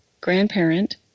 grandparent